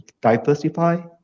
diversify